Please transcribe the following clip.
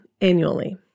annually